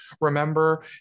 remember